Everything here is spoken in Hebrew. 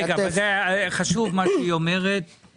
מה שהיא אומרת חשוב.